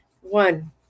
One